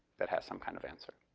that has some kind of answer.